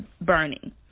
burning